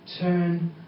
Turn